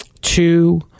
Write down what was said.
two